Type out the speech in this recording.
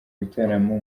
bitaramo